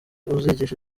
uzigisha